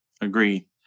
agree